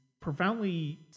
profoundly